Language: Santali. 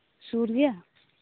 ᱥᱩᱨ ᱜᱮᱭᱟ